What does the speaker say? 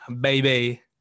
baby